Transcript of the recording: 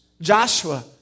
Joshua